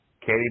Katie